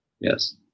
Yes